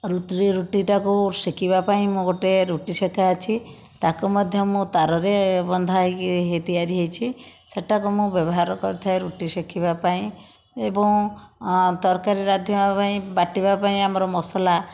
ରୁଟିରେ ରୁଟିଟାକୁ ସେକିବା ପାଇଁ ମୁଁ ଗୋଟିଏ ରୁଟି ଶେକା ଅଛି ତାକୁ ମଧ୍ୟ ମୁଁ ତାରରେ ବନ୍ଧା ହୋଇକି ତିଆରି ହୋଇଛି ସେହିଟାକୁ ମୁଁ ବ୍ୟବହାର କରିଥାଏ ରୁଟି ସେକିବା ପାଇଁ ଏବଂ ତରକାରୀ ରାନ୍ଧିବା ପାଇଁ ବାଟିବା ପାଇଁ ଆମର ମସଲା